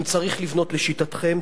אם צריך לבנות לשיטתכם,